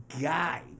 guy